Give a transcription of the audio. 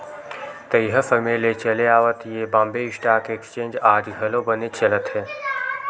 तइहा समे ले चले आवत ये बॉम्बे स्टॉक एक्सचेंज आज घलो बनेच चलत हे